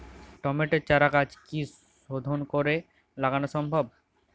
টমেটোর চারাগাছ কি শোধন করে লাগানো সম্ভব?